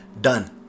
Done